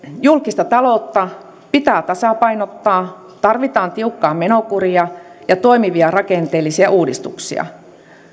julkista taloutta pitää tasapainottaa tarvitaan tiukkaa menokuria ja toimivia rakenteellisia uudistuksia